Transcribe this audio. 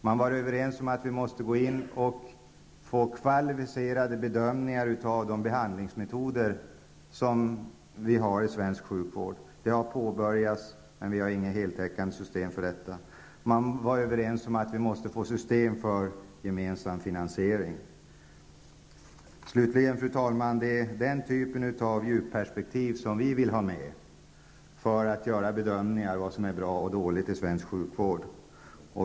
Man var överens om att vi måste få kvalificerade bedömningar av de behandlingsmetoder som finns i svensk sjukvård. Det har påbörjats, men det finns inget heltäckande system för detta. Man var överens om att vi måste få system för gemensam finansiering. Fru talman! Det är den typen av djupperspektiv som vi vill ha med för att kunna göra bedömningar av vad som är bra och vad som är dåligt i svensk sjukvård.